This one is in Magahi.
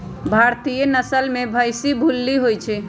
भारतीय नसल में भइशी भूल्ली होइ छइ